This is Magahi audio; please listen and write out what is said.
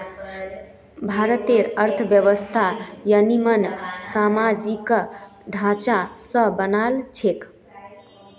भारतेर अर्थव्यवस्था ययिंमन सामाजिक ढांचा स बनाल छेक